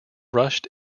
rushed